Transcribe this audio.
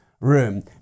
room